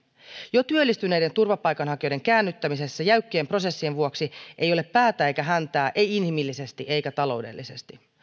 jo työllistyneiden turvapaikanhakijoiden käännyttämisessä jäykkien prosessien vuoksi ei ole päätä eikä häntää ei inhimillisesti eikä taloudellisesti